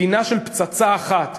מדינה של פצצה אחת.